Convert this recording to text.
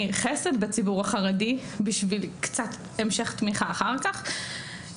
חסד בציבור החרדי בשביל קצת המשך תמיכה אחר כך,